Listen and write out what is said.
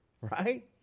right